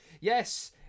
Yes